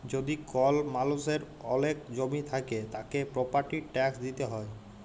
যদি কল মালুষের ওলেক জমি থাক্যে, তাকে প্রপার্টির ট্যাক্স দিতে হ্যয়